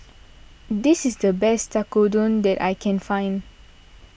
this is the best Tekkadon that I can find